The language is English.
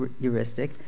heuristic